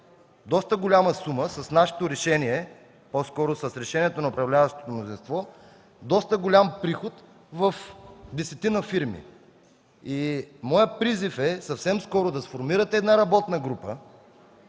означава, че с нашето решение, по-скоро с решението на управляващото мнозинство, ще налеем доста голям приход в десетина фирми. Моят призив е съвсем скоро да сформирате една работна група,